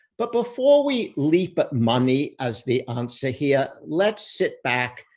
but before we leap at money as the answer here, let's sit back,